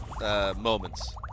moments